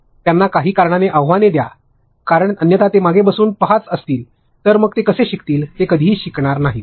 त्यांना काही आव्हाने द्या कारण अन्यथा ते मागे बसून पहात असतील तर मग ते कसे शिकतील ते कधीही काहीही शिकणार नाहीत